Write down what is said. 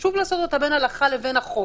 שחשוב לעשות אותה בין הלכה לבין החוק.